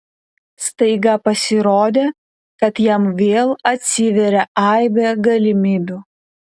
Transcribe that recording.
staiga pasirodė kad jam vėl atsiveria aibė galimybių